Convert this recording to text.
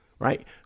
Right